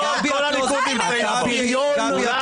בריון.